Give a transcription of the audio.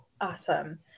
awesome